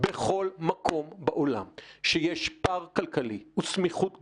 בכל מקום בעולם שיש פער כלכלי או סמיכות גבול,